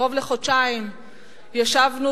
קרוב לחודשיים ישבנו,